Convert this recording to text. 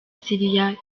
syria